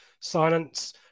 silence